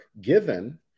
given